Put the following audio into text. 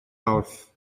mawrth